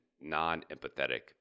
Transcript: non-empathetic